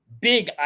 big